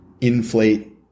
inflate